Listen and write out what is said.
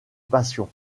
passion